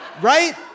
Right